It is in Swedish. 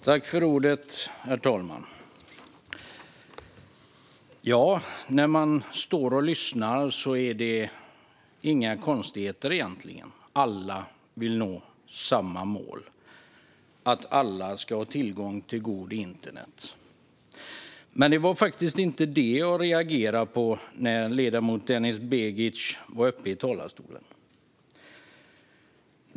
Herr talman! När jag lyssnar på det som sägs hör jag egentligen inga konstigheter; alla vill vi nå samma mål, det vill säga att alla ska ha tillgång till god internetuppkoppling. Det var dock inte detta jag reagerade på när ledamoten Denis Begic var uppe i talarstolen.